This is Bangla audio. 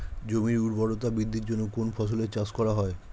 জমির উর্বরতা বৃদ্ধির জন্য কোন ফসলের চাষ করা হয়?